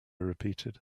repeated